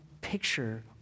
picture